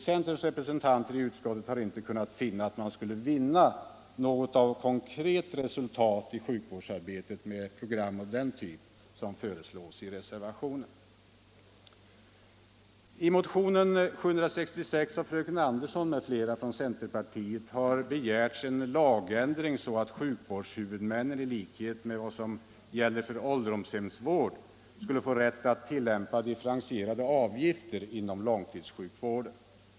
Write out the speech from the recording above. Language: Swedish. Centerns representanter i utskottet har inte kunnat finna att man skulle vinna något konkret resultat i sjukvårdsarbetet med ett program av den typ som föreslås i reservationen. I motionen 766 av fröken Andersson m.fl. från centerpartiet har begärts en lagändring så att sjukvårdshuvudmännen i likhet med vad som gäller för ålderdomshemsvård skulle få rätt att tillämpa differentierade avgifter inom långtidssjukvården.